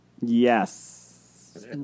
Yes